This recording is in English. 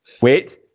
Wait